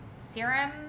serum